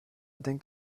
denkt